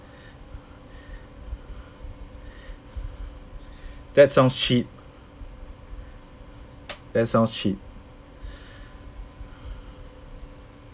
that sounds cheap that sounds cheap